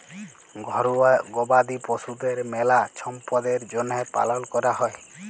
ঘরুয়া গবাদি পশুদের মেলা ছম্পদের জ্যনহে পালন ক্যরা হয়